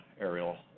aerial